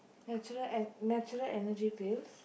natural and natural Energy Pills